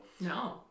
No